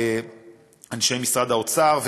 אנשי משרד האוצר,